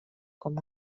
com